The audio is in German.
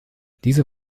diese